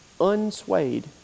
unswayed